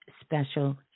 special